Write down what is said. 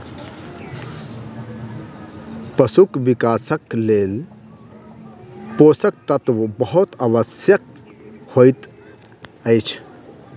पशुक विकासक लेल पोषक तत्व बहुत आवश्यक होइत अछि